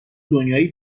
دنیایی